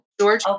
George